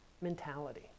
mentality